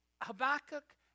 Habakkuk